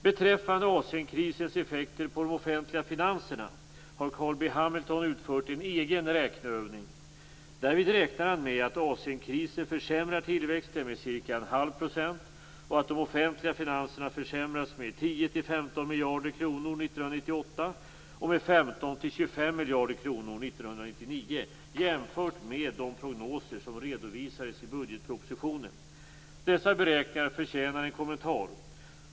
Beträffande Asienkrisens effekter på de offentliga finanserna har Carl B Hamilton utfört en egen räkneövning. Därvid räknar han med att Asienkrisen försämrar tillväxten med ca 0,5 % och att de offentliga finanserna försämras med 10-15 miljarder kronor 1998 och med 15-25 miljarder kronor 1999 jämfört med de prognoser som redovisades i budgetpropositionen. Dessa beräkningar förtjänar en kommentar.